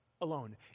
alone